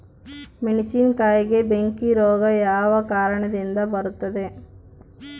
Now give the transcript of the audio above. ಮೆಣಸಿನಕಾಯಿಗೆ ಬೆಂಕಿ ರೋಗ ಯಾವ ಕಾರಣದಿಂದ ಬರುತ್ತದೆ?